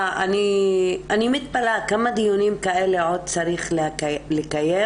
מתפלאת כמה דיונים כאלה עוד צריך לקיים